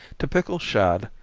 to pickle shad,